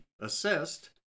assessed